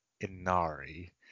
inari